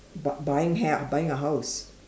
but buying hel~ buying a house